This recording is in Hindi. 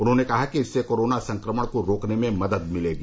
उन्होंने कहा कि इससे कोरोना संक्रमण को रोकने में मदद मिलेगी